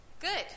Good